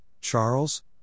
Charles